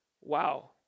Wow